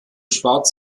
schwarz